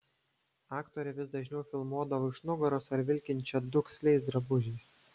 aktorę vis dažniau filmuodavo iš nugaros ar vilkinčią duksliais drabužiais